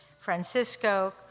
Francisco